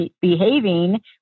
behaving